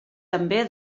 també